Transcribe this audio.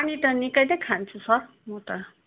पानी त निकै नै खान्छु सर म त